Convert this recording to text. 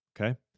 Okay